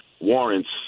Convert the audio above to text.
warrants